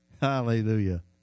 Hallelujah